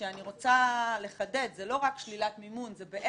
שאני רוצה לחדד, זו לא